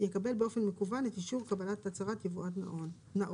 יקבל באופן מקוון את אישור קבלת הצהרת יבואן נאות.